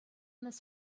this